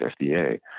FDA